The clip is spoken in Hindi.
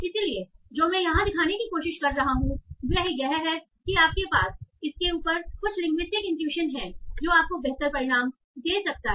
इसलिए जो मैं यहां दिखाने की कोशिश कर रहा हूं वह यह है कि आपके पास इसके ऊपर कुछ लिंग्विस्टिक इनट्यूशन है जो आपको बेहतर परिणाम दे सकता है